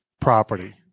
property